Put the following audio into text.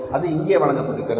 அது இங்கே வழங்கப்பட்டுள்ளது